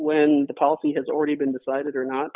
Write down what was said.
when the policy has already been decided or not